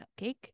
cupcake